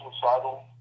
suicidal